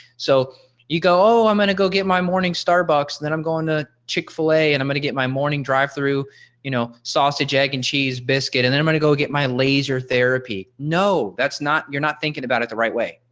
so you go oh i'm going to go get my morning starbucks then i'm going to chick fil a and i'm gonna get my morning drive through you know sausage egg and cheese biscuit and then i'm gonna go get my laser therapy. no that's not you're not thinking about it the right way.